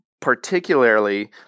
particularly